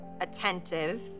attentive